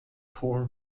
poor